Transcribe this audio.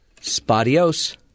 Spadios